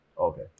Okay